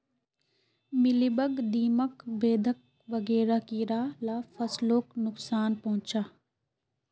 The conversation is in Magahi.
मिलिबग, दीमक, बेधक वगैरह कीड़ा ला फस्लोक नुक्सान पहुंचाः